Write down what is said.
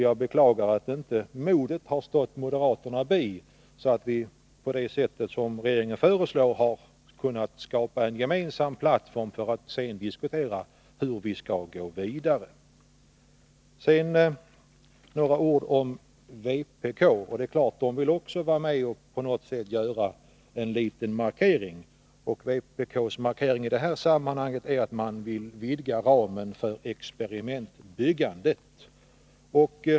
Jag beklagar att inte modet har stått moderaterna bi, så att vi på det sätt som regeringen föreslår har kunnat skapa en gemensam plattform, för att sedan diskutera hur vi skall gå vidare. Sedan några ord om vpk:s förslag. Vpk vill också vara med och på något sätt göra en liten markering. Vpk:s markering i det här sammanhanget är att man vill vidga ramen för experimentbyggandet.